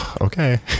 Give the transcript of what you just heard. Okay